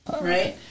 Right